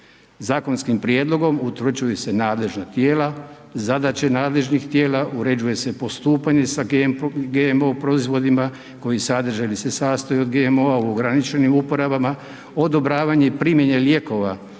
Zakonskim prijedlogom utvrđuju se nadležna tijela, zadaće nadležnih tijela, uređuje se postupanje sa GMO proizvodima, koji sadrže ili se sastoji od GMO-a u ograničenim oporabama, odobravanje primjene lijekova